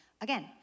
again